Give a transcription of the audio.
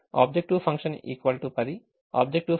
objective function 10 objective function విలువకు సమానం